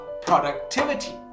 productivity